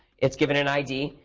it's given an id,